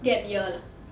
gap year lah